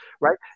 right